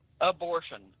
abortion